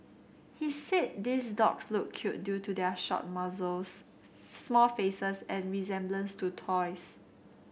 he said these dogs look cute due to their short muzzles small faces and resemblance to toys